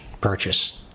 purchase